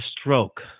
stroke